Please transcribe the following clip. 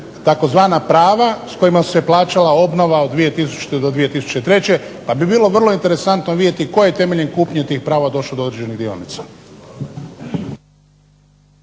tzv. prava s kojima se plaćala obnova od 2000. do 2003., pa bi vrlo interesantno vidjeti tko je temeljem kupnje tih prava došao do određenih dionica.